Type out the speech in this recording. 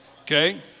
okay